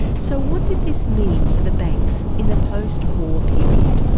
so what did this mean for the banks in the post-war period?